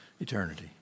eternity